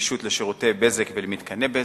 (נגישות לשירותי בזק ולמתקני בזק).